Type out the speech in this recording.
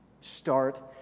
start